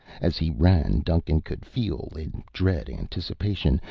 as he ran, duncan could feel, in dread anticipation,